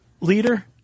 leader